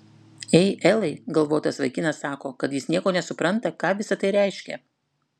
ei elai galvotas vaikinas sako kad jis nieko nesupranta ką visa tai reiškia